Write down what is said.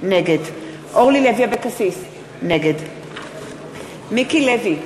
נגד אורלי לוי אבקסיס, נגד מיקי לוי,